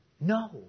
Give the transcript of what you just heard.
No